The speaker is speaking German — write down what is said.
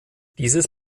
dieses